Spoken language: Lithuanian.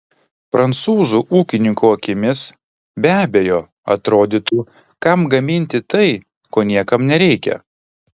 prancūzų ūkininko akimis be abejo atrodytų kam gaminti tai ko niekam nereikia